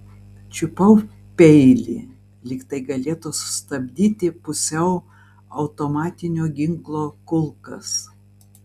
čiupau peilį lyg tai galėtų sustabdyti pusiau automatinio ginklo kulkas